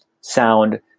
sound